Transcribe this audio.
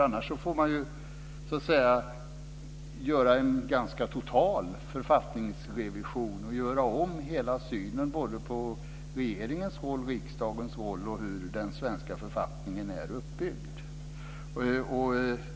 Annars får man göra en ganska total författningsrevison och göra om hela synen på regeringens och riksdagens roll och hur den svenska författningen är uppbyggd.